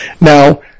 Now